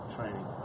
training